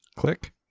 Click